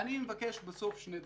אני מבקש בסוך שני דברים.